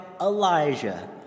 Elijah